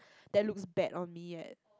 that looks bad on me yet